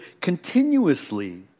continuously